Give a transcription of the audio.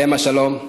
עליהם השלום,